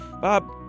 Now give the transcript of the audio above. Bob